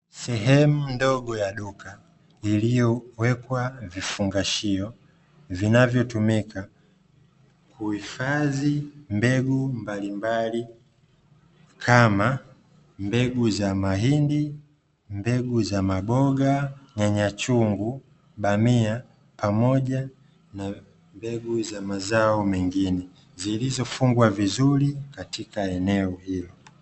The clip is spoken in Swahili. Sehemu ndogo ya duka, iliyowekwa vifungashio, vinavyotumika kuhifadhi mbegu mbalimbali, kama: mbegu za mahindi, mbegu za maboga, nyanya chungu, bamia, pamoja na mbegu za mazao mengine, zilizofungwa vizuri katika eneo hilo.